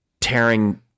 tearing